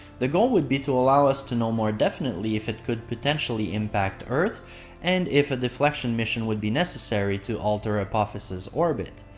the goal would be to allow us to know more definitely if it could potentially impact earth and if a deflection mission would be necessary to alter apophis' orbit.